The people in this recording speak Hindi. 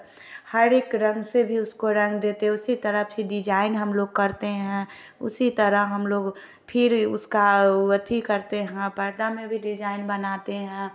हर एक रंग से भी उसको रंग देते है उसी तरह फिर डिजाईन हम लोग करते हैं उसी तरह हम लोग फिर उसका एथि करते है पर्दा में भी डिजाईन बनाते हैं